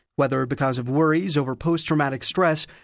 whether because of worries over post traumatic stress,